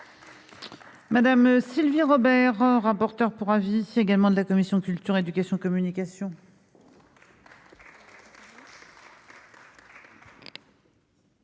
Madame Sylvie Robert, rapporteur pour avis si également de la commission culture, éducation, communication.